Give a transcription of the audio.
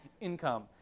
income